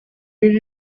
did